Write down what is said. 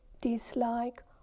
dislike